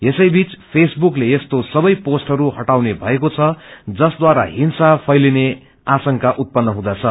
यसैबीच फेसबुकले यस्तो सबै पोष्टहरू इटाउने भएको छ जसबारा हिंसा फैलिने आशंका उतपन्न हुँदछ